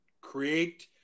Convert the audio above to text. create